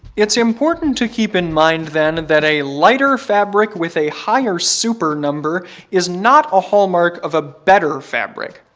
it's important to keep in mind then that a lighter fabric with a higher super number is not a hallmark of a better fabric,